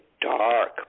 dark